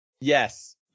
yes